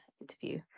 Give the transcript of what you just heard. interview